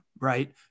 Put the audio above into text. right